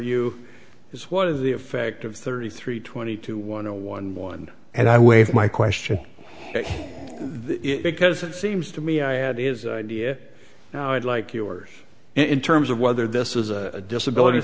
you is what is the effect of thirty three twenty two one zero one one and i waive my question because it seems to me i had is idea now i'd like you are in terms of whether this is a disability